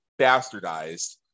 bastardized